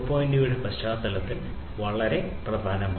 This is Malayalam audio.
0 ന്റെ പശ്ചാത്തലത്തിൽ ഇത് വളരെ പ്രധാനമാണ്